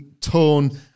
tone